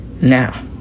Now